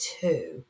two